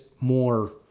more